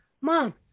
mom